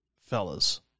Fellas